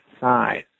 size